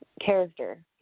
character